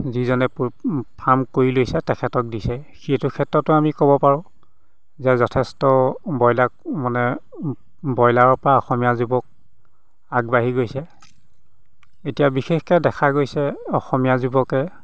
যিজনে ফাৰ্ম কৰি লৈছে তেখেতক দিছে সেইটো ক্ষেত্ৰতো আমি ক'ব পাৰোঁ যে যথেষ্ট ব্ৰইলাৰ মানে ব্ৰইলাৰৰ পা অসমীয়া যুৱক আগবাঢ়ি গৈছে এতিয়া বিশেষকৈ দেখা গৈছে অসমীয়া যুৱকে